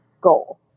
goal